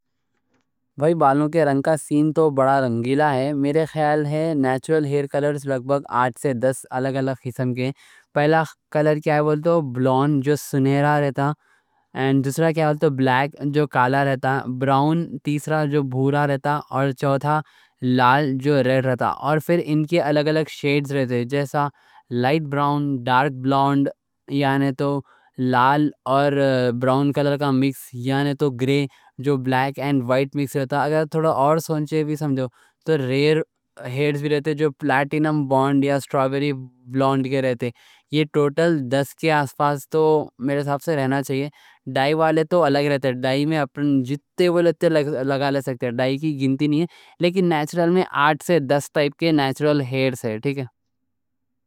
بھائی بالوں کے رنگ کا سین تو بڑا رنگیلا ہے، میرے خیال میں نیچرل ہیئر کلرز آٹھ سے دس الگ الگ قسم کے رہتے. پہلا کلر بولے تو بلونڈ جو سنہرا رہتا، اور دوسرا بولے تو بلیک جو کالا رہتا. براؤن تیسرا جو بھورا رہتا، اور چوتھا لال جو ریڈ رہتا. اور پھر ان کے الگ الگ شیڈز رہتے ہیں، جیسا لائٹ براؤن، ڈارک بلونڈ، یعنی تو لال اور براؤن کلر کا مکس، یعنی تو گرے جو بلیک اور وائٹ مکس رہتا. اگر تھوڑا اور سوچے بھی سمجھو تو ریئر ہیئرز بھی رہتے، جو پلاٹینم بلونڈ یا اسٹرابیری بلونڈ کے رہتے. یہ ٹوٹل دس کے آس پاس تو میرے حساب سے رہنا چاہیے. ڈائی والے تو الگ رہتے، ڈائی میں اپن جتے وہ لگا لے سکتے. ڈائی کی گنتی نہیں ہے، لیکن نیچرل میں آٹھ سے دس ٹائپ کے نیچرل ہیئرز ہیں.